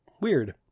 Weird